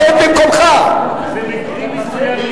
שב במקומך, אל תפריע לי.